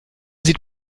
sieht